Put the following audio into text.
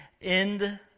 end